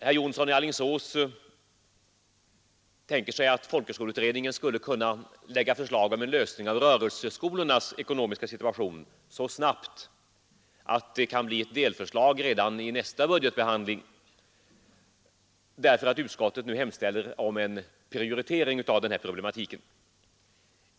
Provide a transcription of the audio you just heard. Herr Jonsson i Alingsås tänker sig att folkhögskoleutredningen skulle kunna lägga fram förslag om en lösning av rörelseskolornas ekonomiska situation så snart att det kan framläggas ett delförslag redan i nästa budgetbehandling mot bakgrund av att utskottet nu hemställer om en prioritering av denna problematik.